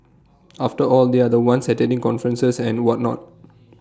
after all they are the ones attending conferences and whatnot